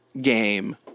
game